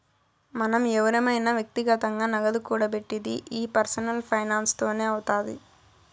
మనం ఎవురమైన వ్యక్తిగతంగా నగదు కూడబెట్టిది ఈ పర్సనల్ ఫైనాన్స్ తోనే అవుతాది